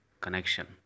connection